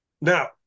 Now